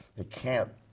it can't,